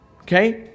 Okay